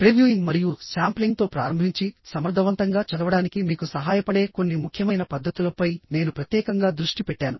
previewing మరియు శాంప్లింగ్తో ప్రారంభించి సమర్థవంతంగా చదవడానికి మీకు సహాయపడే కొన్ని ముఖ్యమైన పద్ధతులపై నేను ప్రత్యేకంగా దృష్టి పెట్టాను